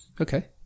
Okay